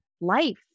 life